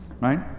right